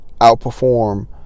outperform